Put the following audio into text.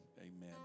Amen